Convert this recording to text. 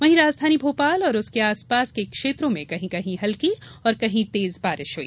वहीं राजधानी भोपाल और उसके आसपास के क्षेत्रों में कहीं कहीं हल्की और कहीं तेज बारिश हुई